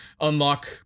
unlock